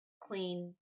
clean